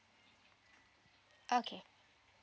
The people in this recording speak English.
okay